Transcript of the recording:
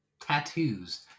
tattoos